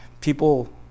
people